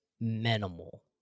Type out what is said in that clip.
minimal